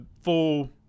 full